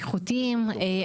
איכותיים,